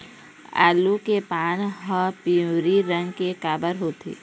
आलू के पान हर पिवरी रंग के काबर होथे?